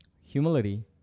Humility